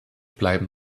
bleiben